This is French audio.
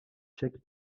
tchèque